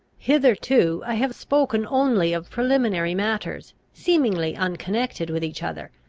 hitherto i have spoken only of preliminary matters, seemingly unconnected with each other,